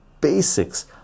basics